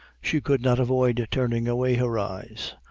she could not avoid turning away her eyes,